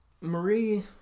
Marie